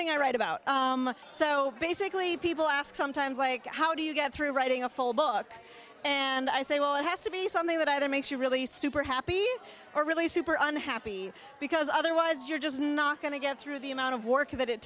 thing i write about so basically people ask sometimes like how do you get through writing a full book and i say well it has to be something that either makes you really super happy or really super unhappy because otherwise you're just not going to get through the amount of work that it